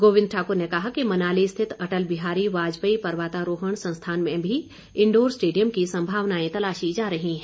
गोबिंद ठाक्र ने कहा कि मनाली स्थित अटल बिहारी वाजपेयी पर्वतारोहण संस्थान में भी इंडोर स्टेडियम की संभावनाएं तलाशी जा रही हैं